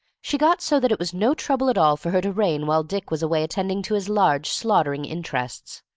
she got so that it was no trouble at all for her to reign while dick was away attending to his large slaughtering interests.